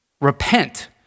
repent